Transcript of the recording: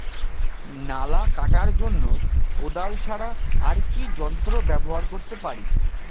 নালা কাটার জন্য কোদাল ছাড়া আর কি যন্ত্র ব্যবহার করতে পারি?